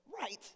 Right